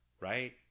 right